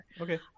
okay